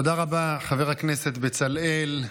תודה רבה, חבר הכנסת בצלאל.